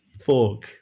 fork